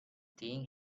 thing